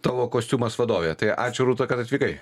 tavo kostiumas vadovė tai ačiū rūta kad atvykai